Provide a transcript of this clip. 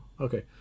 okay